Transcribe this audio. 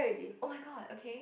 oh-my-god okay